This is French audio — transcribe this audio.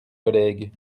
collègue